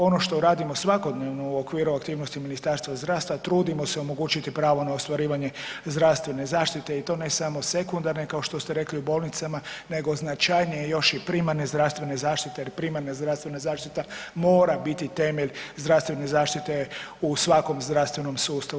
Ono što radimo svakodnevno u okviru aktivnosti Ministarstva zdravstva trudimo se omogućiti pravo na ostvarivanje zdravstvene zaštiti i to ne samo sekundarne kao što ste rekli u bolnicama nego značajnije još i primarne zdravstvene zaštite jer primarna zdravstvena zaštiti mora biti temelj zdravstvene zaštite u svakom zdravstvenom sustavu.